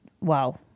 wow